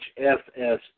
HFS